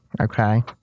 okay